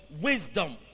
Wisdom